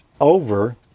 over